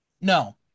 No